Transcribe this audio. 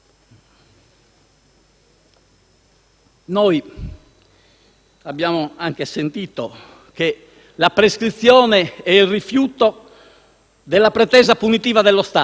Abbiamo sentito che la prescrizione è il rifiuto della pretesa punitiva dello Stato: vedremo